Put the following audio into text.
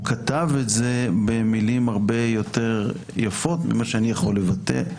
כתב את זה במילים הרבה יותר יפות ממה שאנו יכול לבטא,